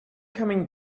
coming